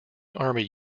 army